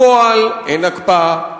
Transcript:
כי בפועל אין הקפאה,